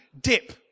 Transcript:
dip